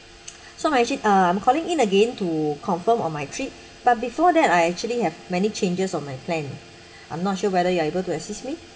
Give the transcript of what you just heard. so actually I'm calling in again to confirm on my trip but before that I actually have many changes on my plan I'm not sure whether you're able to assist me